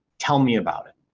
tell me about it.